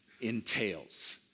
entails